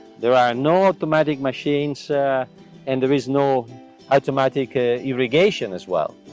there are no automatic machines and there is no automatic ah irrigation as well.